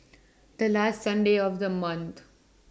The last Sunday of The month